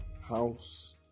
house